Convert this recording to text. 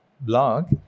blog